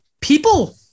people